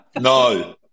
No